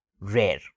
rare